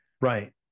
Right